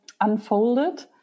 unfolded